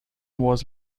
was